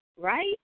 right